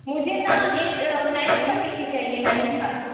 मुझे न eight ninth का टी सी चाहिए नाइन्थ का